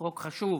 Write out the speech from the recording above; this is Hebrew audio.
חוק חשוב.